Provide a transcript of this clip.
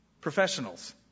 Professionals